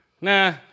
Nah